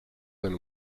than